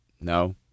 No